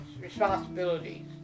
responsibilities